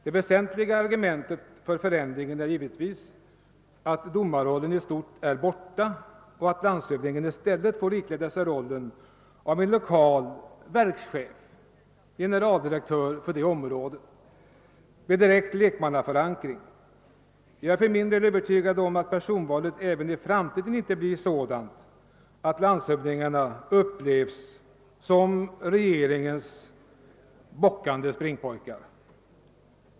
Det väsentliga argumentet för ändringen är givetvis att domarrollen i stort är borta och att landshövdingen i stället får ikläda sig rollen av en regional verkschef, generaldirektör för det området, med lekmannaförankring i styrelsen. Jag är för min del övertygad om att personvalet även i framtiden inte blir sådant att landshövdingarna upplevs som regeringens bockande springpojkar.